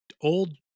old